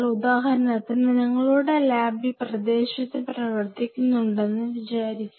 ഉദാഹരണത്തിന് നിങ്ങളുടെ ലാബ് ഈ പ്രദേശത്ത് പ്രവർത്തിക്കുന്നുണ്ടെന്ന് വിചാരിക്കുക